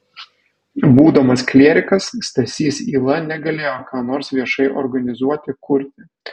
būdamas klierikas stasys yla negalėjo ką nors viešai organizuoti kurti